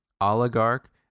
oligarch